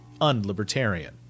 unlibertarian